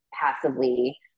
passively